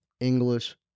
english